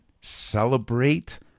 celebrate